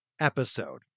episode